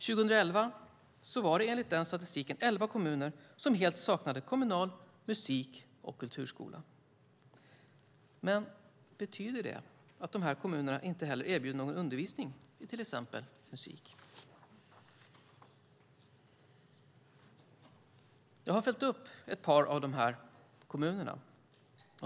År 2011 var det enligt statistiken elva kommuner som helt saknade kommunal musik och kulturskola. Betyder det att dessa kommuner inte heller erbjuder någon undervisning i till exempel musik? Jag har följt upp ett par av dessa kommuner.